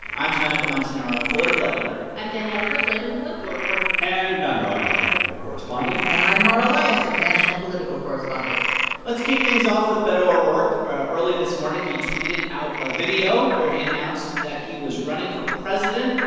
i'm domenico montanaro, political editor i'm danielle kurtzleben, political reporter and i'm ron elving, editor correspondent and i'm mara liasson, national political correspondent let's kick things off with beto o'rourke. early this morning he tweeted out a video where he announced that he was running for president.